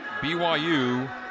BYU